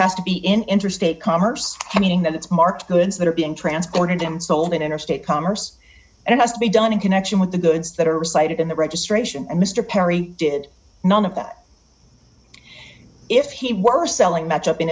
has to be in interstate commerce meaning that it's marked goods that are being transported in sold in interstate commerce and it has to be done in connection with the goods that are recited in the registration and mr perry did none of that if he were selling match up